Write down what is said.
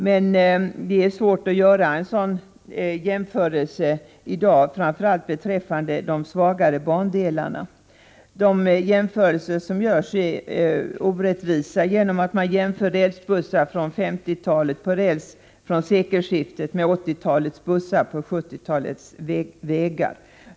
Men det är svårt att göra en sådan jämförelse i dag, framför allt beträffande de svagare bandelarna. De jämförelser som görs är ofta orättvisa genom att man jämför rälsbussar från 1950-talet på räls från sekelskiftet med 1980-talets bussar på 1970-talets vägar.